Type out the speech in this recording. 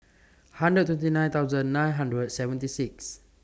hundred twenty nine thousand nine hundred seventy six